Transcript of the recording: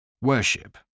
Worship